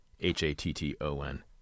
H-A-T-T-O-N